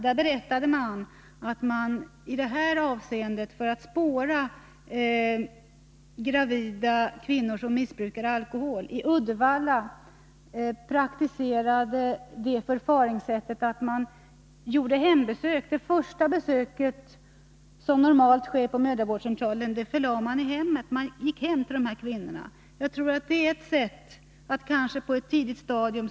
Där fick vi veta att man i Uddevalla praktiserade det förfaringssättet för att spåra gravida kvinnor som missbrukar alkohol att man gjorde hembesök. Den första kontakten, som normalt sker på mödravårdscentralen, förlades i stället till hemmet. Man gick hem till de här kvinnorna. Jag tror att det är ett sätt att spåra problemen på ett tidigt stadium.